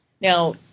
Now